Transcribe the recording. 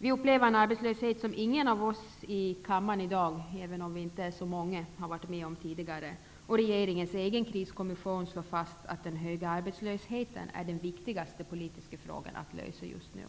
Vi upplever en arbetslöshet som ingen av oss i kammaren i dag -- även om vi inte är så många -- har varit med om tidigare. Regeringens egen kriskommission slår fast att den höga arbetslösheten är den viktigaste politiska frågan att lösa just nu.